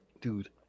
Dude